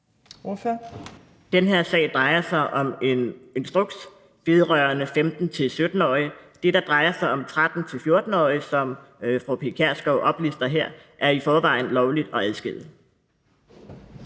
Den her sag drejer sig om en instruks vedrørende 15-17-årige. Når det drejer sig om 13-14-årige, som fru Pia Kjærsgaard oplister her, er det i forvejen lovligt at adskille